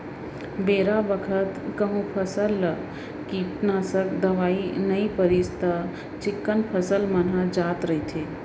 बेरा बखत कहूँ फसल म कीटनासक दवई नइ परिस त चिक्कन फसल मन ह जात रइथे